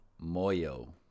Moyo